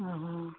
ହୁଁ